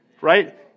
Right